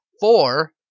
Four